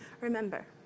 remember